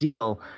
deal